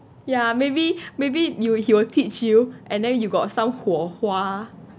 ya maybe maybe you he will teach you and then you got some 火花